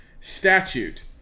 statute